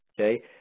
Okay